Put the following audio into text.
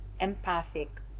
empathic